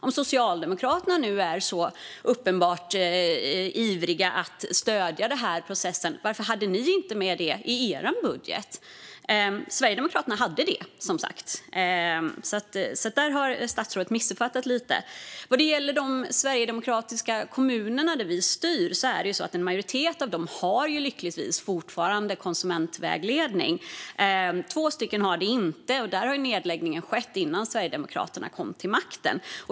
Om Socialdemokraterna nu är så uppenbart ivriga att stödja den här processen, statsrådet, varför hade ni inte med det i er budget? Sverigedemokraterna hade som sagt det. Det har statsrådet alltså missuppfattat lite. Vad gäller de kommuner där Sverigedemokraterna styr är det så att en majoritet av dem lyckligtvis fortfarande har konsumentvägledning. Två av dem har det inte, och där har nedläggningen skett innan Sverigedemokraterna kom till makten.